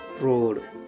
Road